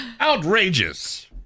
outrageous